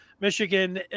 Michigan